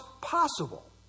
possible